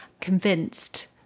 convinced